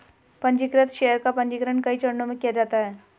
पन्जीकृत शेयर का पन्जीकरण कई चरणों में किया जाता है